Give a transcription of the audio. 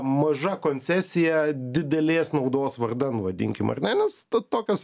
maža koncesija didelės naudos vardan vadinkim ar ne nes ta tokios